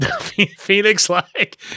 phoenix-like